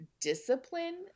discipline